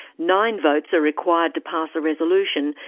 nine votes are required to pass a resolution,